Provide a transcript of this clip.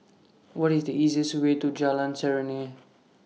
What IS The easiest Way to Jalan Serene